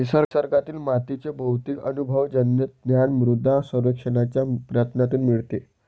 निसर्गातील मातीचे बहुतेक अनुभवजन्य ज्ञान मृदा सर्वेक्षणाच्या प्रयत्नांतून मिळते